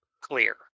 clear